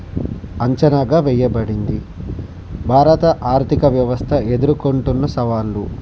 అంచనగా వేయబడింది భారత ఆర్థిక వ్యవస్థ ఎదుర్కొంటున్న సవాళ్ళు